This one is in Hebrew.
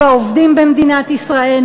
בעובדים במדינת ישראל,